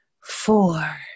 four